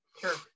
Sure